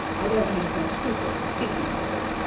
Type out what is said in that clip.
i don't make no scruples of speaking about it,